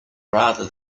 rather